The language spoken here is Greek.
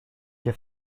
και